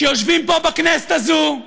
שיושבים פה בכנסת הזו.